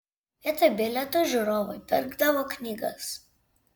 vietoj bilietų žiūrovai pirkdavo knygas